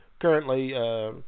Currently